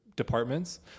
departments